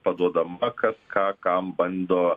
paduodama kas ką kam bando